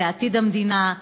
זה עתיד המדינה.